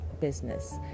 Business